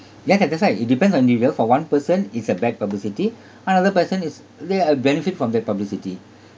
ya ya that's right it depends on individual for one person it's a bad publicity another person is there are benefit from bad publicity